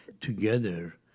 together